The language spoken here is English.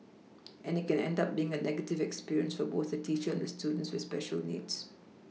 and it can end up being a negative experience for both the teacher and the student with special needs